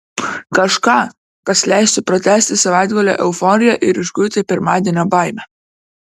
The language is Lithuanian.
kažką kas leistų pratęsti savaitgalio euforiją ir išguiti pirmadienio baimę